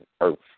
earth